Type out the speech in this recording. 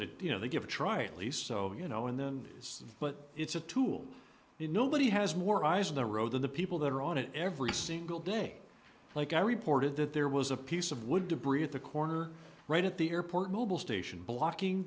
it you know they give a try at least so you know in them days but it's a tool in nobody has more eyes on the road than the people that are on it every single day like i reported that there was a piece of wood debris at the corner right at the airport mobil station blocking